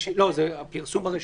--- זה הפרסום ברשומות.